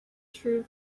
true